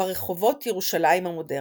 ברחובות ירושלים המודרנית.